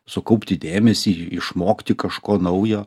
sukaupti dėmesį išmokti kažko naujo